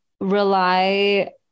rely